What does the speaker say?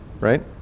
right